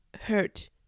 hurt